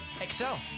excel